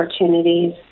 opportunities